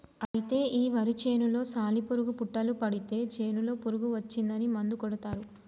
అయితే ఈ వరి చేనులో సాలి పురుగు పుట్టులు పడితే చేనులో పురుగు వచ్చిందని మందు కొడతారు